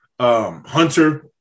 Hunter